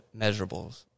measurables